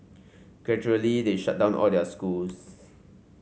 gradually they shut down all their schools